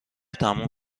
تموم